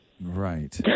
Right